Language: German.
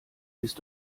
ist